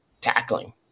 tackling